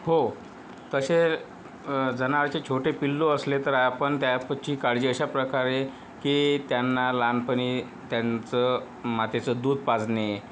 हो तसे जनावराचे छोटे पिल्लू असले तर आपण त्यापची काळजी अशा प्रकारे की त्यांना लहानपणी त्यांचं मातेचं दूध पाजणे